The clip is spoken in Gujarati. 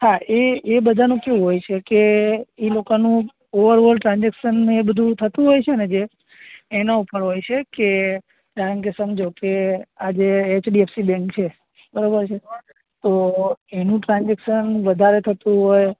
હા એ એ બધાનું કેવું હોય છે કે એ લોકાનું ઓવરઓલ ટ્રાનજેક્સન ને એ બધું થતું હોય છે ને જે એનો ઉપર હોય છે કે કારણ કે સમજો કે આજે એચડીએફસી બેન્ક છે બરાબર છે તો એનું ટ્રાનજેક્સન વધારે થતું હોય